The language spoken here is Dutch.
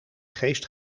geest